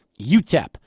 UTEP